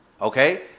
okay